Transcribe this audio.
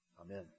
Amen